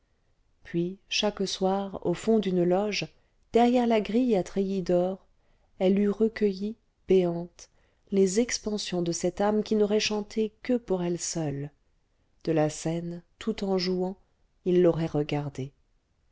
puis chaque soir au fond d'une loge derrière la grille à treillis d'or elle eût recueilli béante les expansions de cette âme qui n'aurait chanté que pour elle seule de la scène tout en jouant il l'aurait regardée